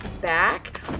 back